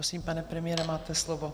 Prosím, pane premiére, máte slovo.